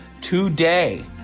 today